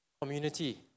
community